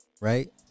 Right